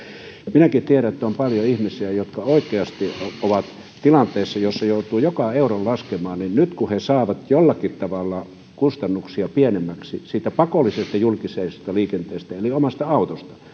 minäkin tiedän että on paljon ihmisiä jotka oikeasti ovat tilanteessa jossa joutuu joka euron laskemaan ja nyt kun he saavat jollakin tavalla kustannuksia pienemmäksi siitä pakollisesta julkisesta liikenteestä eli omasta autosta